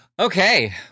Okay